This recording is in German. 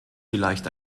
vielleicht